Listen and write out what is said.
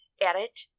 edit